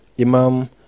Imam